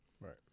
Right